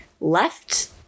left